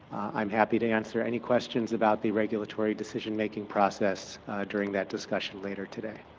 i'm happy to answer any questions about the regulatory decision-making process during that discussion later today.